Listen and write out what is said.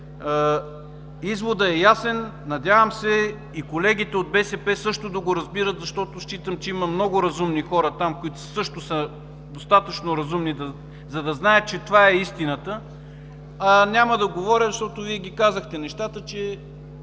изводът е ясен, надявам се и колегите от БСП също да го разбират, защото считам, че има много разумни хора там, които са достатъчно разумни, за да знаят, че това е истината. Няма да говоря, защото Вие ги казахте нещата, че